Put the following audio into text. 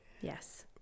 Yes